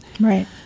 Right